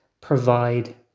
provide